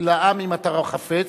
לעם אם אתה חפץ,